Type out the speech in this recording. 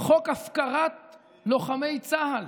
חוק הפקרת לוחמי צה"ל.